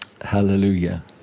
Hallelujah